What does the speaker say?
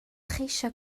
cheisio